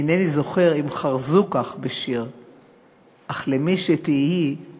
אינני זוכר אם חרזו כך בשיר / אך למי שתהיי /